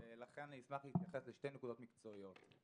לכן אשמח להתייחס לשתי נקודות מקצועיות.